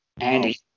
Andy